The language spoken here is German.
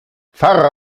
fahre